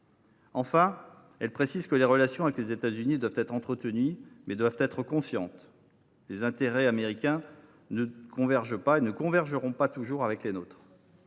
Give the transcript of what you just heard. Enfin, elle précise que les relations avec les États Unis doivent être entretenues, mais conscientes. Les intérêts américains ne convergent pas et ne convergeront pas toujours avec les nôtres.